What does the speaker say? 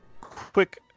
quick